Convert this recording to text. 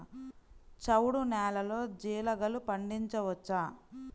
చవుడు నేలలో జీలగలు పండించవచ్చా?